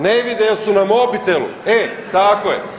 Ne vide jer su na mobitelu e tako je.